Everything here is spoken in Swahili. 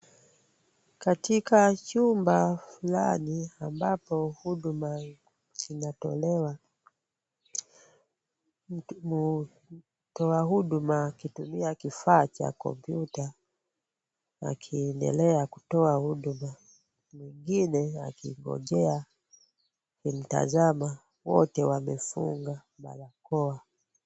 Katika chumba fulani, ambapo huduma inatolewa, mtoa huduma akitumia kifaa cha computer akiendelea kutoa huduma. Mwingine akingojea akimtazama, wote wamefunga barakoa.